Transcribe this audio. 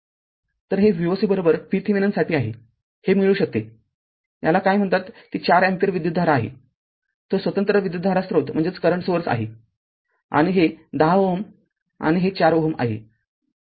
तरहे Voc VThevenin साठी आहे हे मिळू शकते याला काय कॉल ती ४ अँपिअर विद्युतधारा आहे तो स्वतंत्र विद्युतधारा स्त्रोत आहे आणि हे १० Ω आहे आणि हे ४ Ω आहे